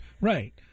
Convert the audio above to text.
Right